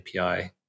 API